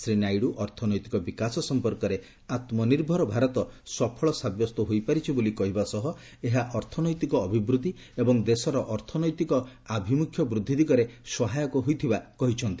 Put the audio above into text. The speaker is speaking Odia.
ଶ୍ରୀ ନାଇଡୁ ଅର୍ଥନୈତିକ ବିକାଶ ସମ୍ପର୍କରେ ଆତ୍ମ ନିର୍ଭର ଭାରତ ସଫଳ ସାବ୍ୟସ୍ତ ହୋଇପାରିଛି ବୋଲି କହିବା ସହ ଏହା ଅର୍ଥନୈତିକ ଅଭିବୃଦ୍ଧି ଏବଂ ଦେଶର ଅର୍ଥନୈତିକ ଆଭିମୁଖ୍ୟ ବୃଦ୍ଧି ଦିଗରେ ସହାୟକା ହୋଇଥିବା ସେ କହିଛନ୍ତି